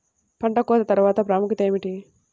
పంట కోత తర్వాత ప్రాముఖ్యత ఏమిటీ?